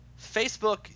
Facebook